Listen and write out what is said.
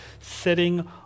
sitting